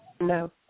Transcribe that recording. No